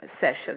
session